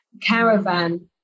Caravan